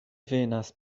venas